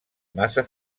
massa